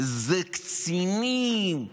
אלה קצינים,